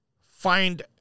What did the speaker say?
find